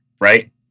right